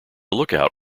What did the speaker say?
lookout